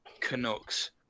Canucks